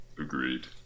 agreed